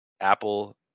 Apple